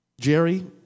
Jerry